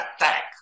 attack